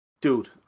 dude